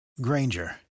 Granger